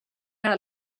era